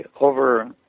over